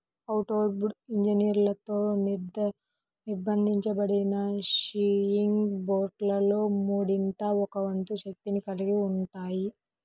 outboard ఇంజన్లతో నిర్బంధించబడిన fishing బోట్లలో మూడింట ఒక వంతు శక్తిని కలిగి ఉంటాయి